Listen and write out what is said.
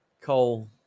Cole